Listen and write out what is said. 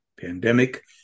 pandemic